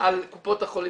על קופות החולים,